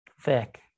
thick